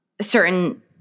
certain